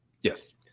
yes